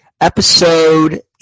episode